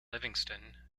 livingstone